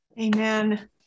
Amen